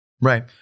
Right